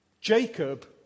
Jacob